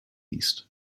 east